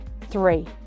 Three